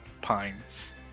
Pines